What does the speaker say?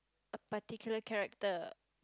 a particular character